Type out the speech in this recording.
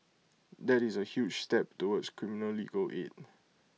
that is A huge step towards criminal legal aid